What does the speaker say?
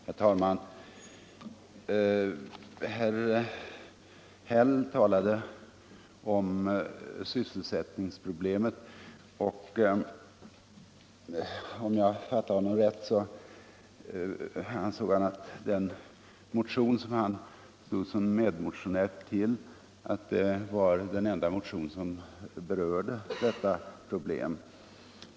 Herr talman! Herr Häll talade om sysselsättningsproblemen, och om jag fattade honom rätt menade han att den motion där han var medmotionär var den enda motion som berörde dessa problem.